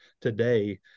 today